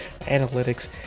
analytics